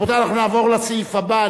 רבותי אנחנו נעבור לסעיף הבא.